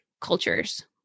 cultures